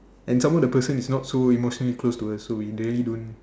and some more the person is not so emotionally close to us so we really don't